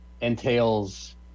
entails